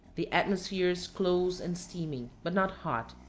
the atmosphere is close and steaming, but not hot,